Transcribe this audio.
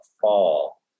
fall